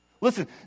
Listen